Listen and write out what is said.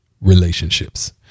relationships